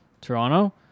Toronto